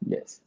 Yes